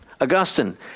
Augustine